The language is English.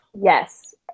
Yes